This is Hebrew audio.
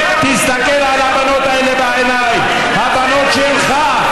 תסתכל על הבנות האלה בעיניים, הבנות שלך.